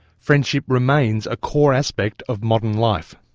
friendship remains a core aspect of modern life.